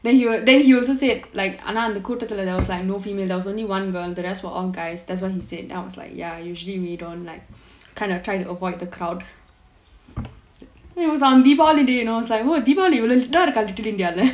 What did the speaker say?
then then he also say ஆனா அந்த கூட்டத்துல:aanaa antha koottathula like there were no female the rest were all guys that's what he said then I was like ya usually we don't like kind of try to avoid the crowd then it was on deepavali day you know it's like deepavali little india